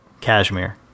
Cashmere